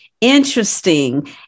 interesting